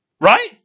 Right